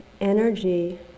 energy